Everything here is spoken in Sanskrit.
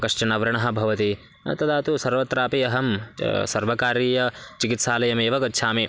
कश्चन व्रणः भवति तदा तु सर्वत्रापि अहं सर्वकारीय चिकित्सालयमेव गच्छामि